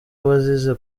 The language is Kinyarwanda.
wazize